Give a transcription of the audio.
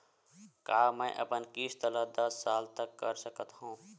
का मैं अपन किस्त ला दस साल तक कर सकत हव?